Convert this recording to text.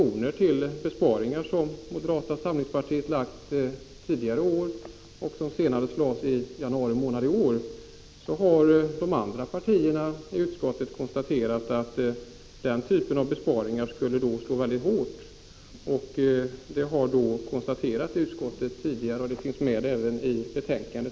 Den typ av besparingar som moderata samlingspartiet har föreslagit i motioner såväl tidigare år som senast i januari månad i år anser de andra partierna i utskottet skulle slå mycket hårt. Det har utskottet konstaterat tidigare, och det sägs även i det nu aktuella betänkandet.